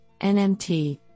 NMT